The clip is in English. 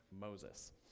Moses